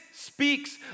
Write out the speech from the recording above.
speaks